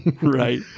right